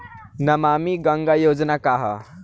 नमामि गंगा योजना का ह?